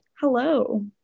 hello